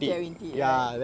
guaranteed right